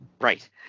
right